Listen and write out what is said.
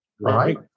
Right